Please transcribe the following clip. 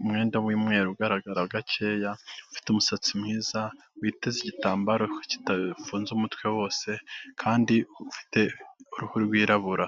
umwenda w'umweru ugaragara gakeya ufite umusatsi mwiza witeze igitambaro kidafunze umutwe wose kandi ufite uruhu rwirabura.